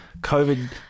COVID